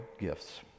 gifts